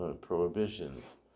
prohibitions